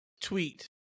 tweet